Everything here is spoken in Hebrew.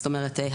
זאת אומרת,